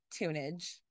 tunage